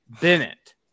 Bennett